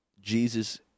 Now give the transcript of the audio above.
Jesus